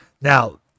Now